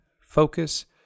focus